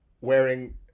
wearing